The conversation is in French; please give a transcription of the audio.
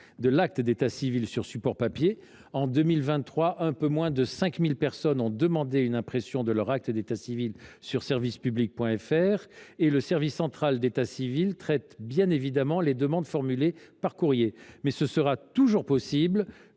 d’acte d’état civil sur support papier – en 2023, un peu moins de 5 000 personnes ont demandé une impression de leur acte d’état civil depuis le site, et le service central d’état civil traite bien évidemment les demandes formulées par courrier –, mais il sera toujours possible